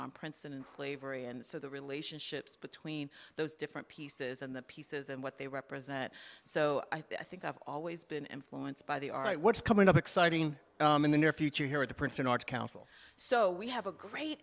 on prints and slavery and so the relationships between those different pieces and the pieces and what they represent so i think i've always been influenced by the all right what's coming up exciting in the near future here at the princeton arts council so we have a great